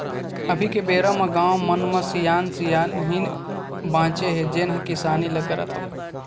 अभी के बेरा म गाँव मन म सियान सियनहिन बाचे हे जेन ह किसानी ल करत हवय